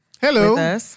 Hello